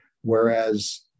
whereas